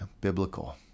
biblical